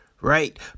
right